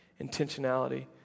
Intentionality